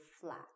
flat